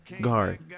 guard